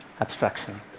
abstraction